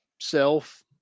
self